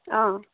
অঁ